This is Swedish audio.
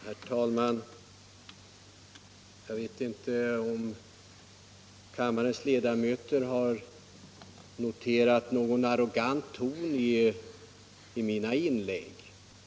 Herr talman! Jag vet inte om kammarens ledamöter har noterat någon arrogant ton i mina inlägg.